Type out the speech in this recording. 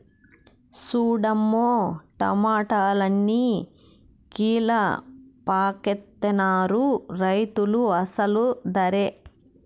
సూడమ్మో టమాటాలన్ని కీలపాకెత్తనారు రైతులు అసలు దరే